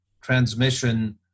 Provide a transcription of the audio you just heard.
transmission